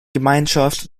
gemeinschaft